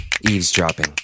Eavesdropping